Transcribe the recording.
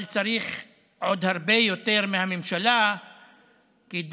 אבל צריך עוד הרבה יותר מהממשלה כדי